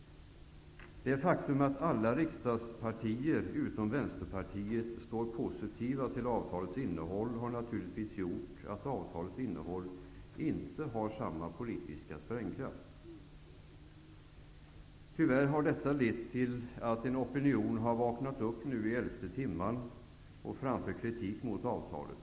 Det faktum att alla riksdagspartier utom Vänsterpartiet är positiva till avtalets innehåll har naturligtvis gjort att detta inte har samma politiska sprängkraft. Tyvärr har detta lett till att en opinion har vaknat upp i elfte timmen och nu framför kritik mot avtalet.